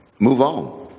move on?